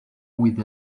with